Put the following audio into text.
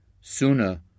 sooner